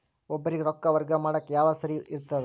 ಒಬ್ಬರಿಗ ರೊಕ್ಕ ವರ್ಗಾ ಮಾಡಾಕ್ ಯಾವಾಗ ಸರಿ ಇರ್ತದ್?